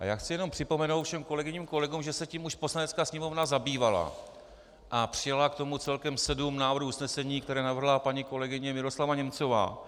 Já chci jenom připomenout všem kolegyním a kolegům, že se tím už Poslanecká sněmovna zabývala a přijala k tomu celkem sedm návrhů usnesení, které navrhla paní kolegyně Miroslava Němcová.